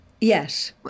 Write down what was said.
Yes